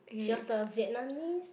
she was the Vietnamese